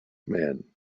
man